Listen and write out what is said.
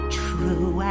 true